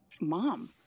mom